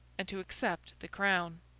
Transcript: and to accept the crown.